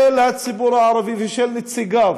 של הציבור הערבי ושל נציגיו